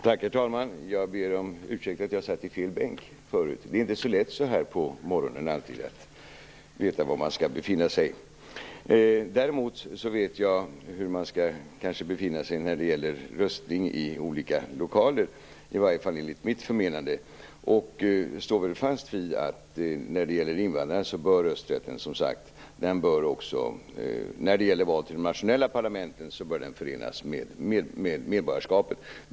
Herr talman! Jag ber om ursäkt för att jag satt i fel bänk förut. Det är inte alltid så lätt så här på morgonen att veta var man skall befinna sig. Däremot vet jag var man skall befinna sig när det gäller röstning i olika lokaler, i varje fall enligt mitt förmenande. Jag står fast vid att rösträtten i val till de nationella parlamenten bör förenas med medborgarskapet.